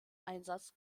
einsatz